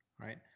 right